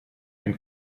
and